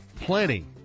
plenty